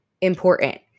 important